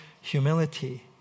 humility